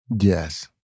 yes